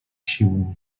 siłę